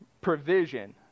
provision